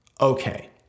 Okay